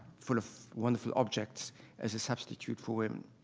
full of wonderful objects as a substitute for women.